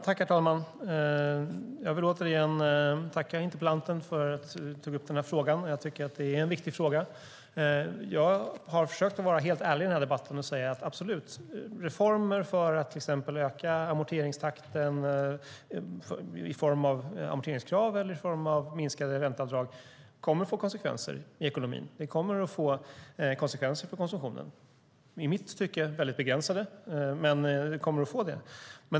Herr talman! Jag vill återigen tacka interpellanten för att han tog upp denna fråga. Jag har försökt att vara helt ärlig i debatten och säga att reformer för att till exempel öka amorteringstakten i form av amorteringskrav eller minskade ränteavdrag absolut kommer att få konsekvenser i ekonomin. Det kommer att få konsekvenser för konsumtionen. Det är i mitt tycke väldigt begränsade konsekvenser, men konsekvenser får det.